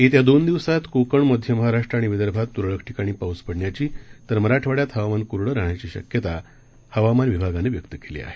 येत्या दोन दिवसात कोकण मध्य महाराष्ट्र आणि विदर्भात तुरळक ठिकाणी पाऊस पडण्याची तर मराठवाड्यात हवामान कोरडं राहण्याची शक्यता हवामान विभागानं व्यक्त केली आहे